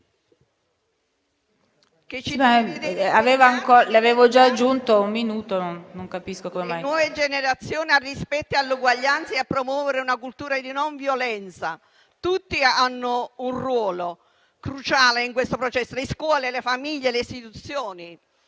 le nuove generazioni al rispetto e all'uguaglianza e promuovere una cultura di non violenza. Tutti hanno un ruolo cruciale in questo processo: le scuole, le famiglie e le istituzioni.